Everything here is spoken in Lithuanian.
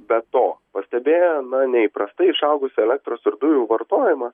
be to pastebėję na neįprastai išaugusį elektros ir dujų vartojimą